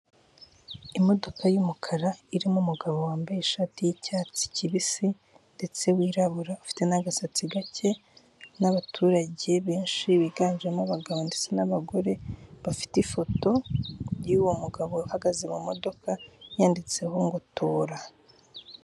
Imodoka y'umukara irimo umugabo wambaye ishati y'icyatsi kibisi ndetse wirabura ufite n'agasatsi gake n'abaturage benshi biganjemo abagabo ndetse n'abagore bafite ifoto y'uwo mugabo uhagaze mu modoka yanditseho ngo tora.